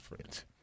friends